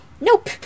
Nope